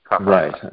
right